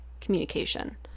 communication